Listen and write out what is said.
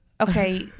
okay